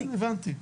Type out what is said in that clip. הבנתי,